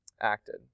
acted